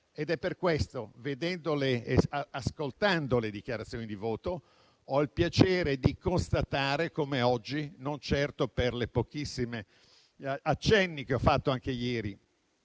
Per questo motivo, ascoltando le dichiarazioni di voto, ho il piacere di constatare oggi, non certo per i pochissimi accenni che ho fatto anche ieri